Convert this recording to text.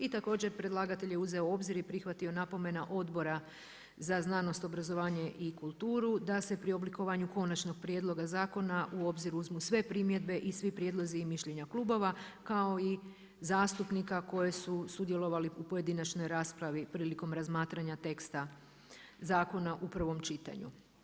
I također predlagatelj je uzeo u obzir i prihvatio napomenu Odbora za znanost, obrazovanje i kulturu da se pri oblikovanju konačnog prijedloga zakona u obzir uzmu sve primjedbe i svi prijedlozi i mišljenja klubova kao i zastupnika koji su sudjelovali u pojedinačnoj raspravi prilikom razmatranja teksta zakona u prvom čitanju.